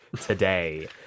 today